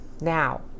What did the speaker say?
Now